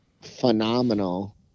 phenomenal